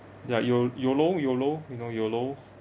ya yo~ YOLO YOLO you know YOLO